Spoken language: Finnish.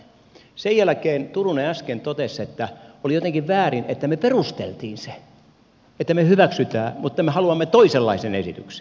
sen jälkeen turunen äsken totesi että oli jotenkin väärin että me perustelimme sen että me hyväksymme mutta me haluamme toisenlaisen esityksen